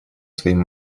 своим